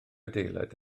adeilad